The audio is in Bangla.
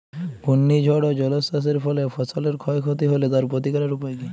ঘূর্ণিঝড় ও জলোচ্ছ্বাস এর ফলে ফসলের ক্ষয় ক্ষতি হলে তার প্রতিকারের উপায় কী?